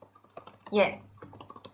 yes